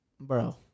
Bro